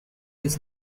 his